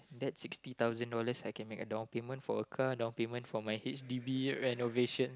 that sixty thousand dollar I can make a down payment for a car down payment for my h_d_b renovation